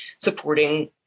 supporting